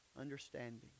understanding